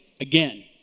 again